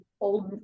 old –